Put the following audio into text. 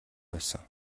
байсан